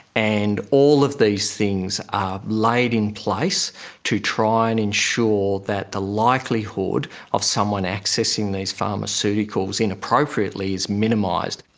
and all of these things are laid in place to try and ensure that the likelihood of someone accessing these pharmaceuticals inappropriately is minimised.